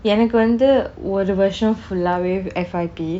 எனக்கு வந்து ஒரு வருஷம்:enakku vanthu oru varusham full ஆவே:aavei F_Y_P